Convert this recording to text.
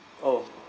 oh